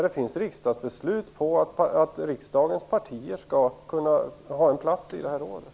Det finns ju riksdagsbeslut på att riksdagens partier skall ha en plats i det här rådet.